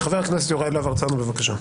חבר הכנסת יוראי להב הרצנו, בבקשה.